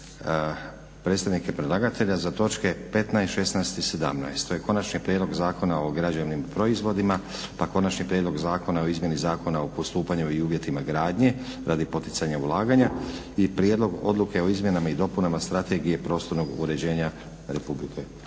predstavnike predlagatelja za točke 15., 16. i 17. To je Konačni prijedlog Zakona o građevnim proizvodima, pa Konačni prijedlog Zakona o izmjeni Zakona o postupanju i uvjetima gradnje radi poticanja ulaganja i prijedlog Odluke o izmjenama i dopunama Strategije prostornog uređenja RH.